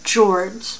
George